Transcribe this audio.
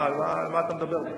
על מה אתה מדבר בכלל?